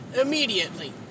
Immediately